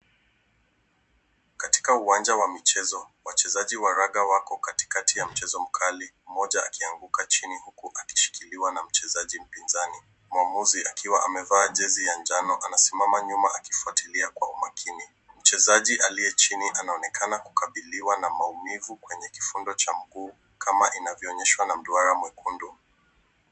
Katika uwanja wa michezo wachezaji wa laga wako katikati ya mchezo mkali, Mmoja akianguka chini huku akishikiliwa na mchezaji mpinzani,.Muamizi akiwa amevaa jezi ya njano anasimama nyuma akifuatilia kwa umakini. Mchezaji aliye chini anaonekana kukabiliwa na maumivu kwenye kifundo cha miguu kama inavyoonyeshwa na mduara mwekundu.